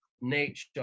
nature